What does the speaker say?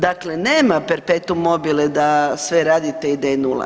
Dakle, nema perpetuum mobile, da sve radite i da je nula.